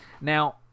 Now